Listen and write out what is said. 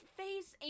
face